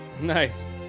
Nice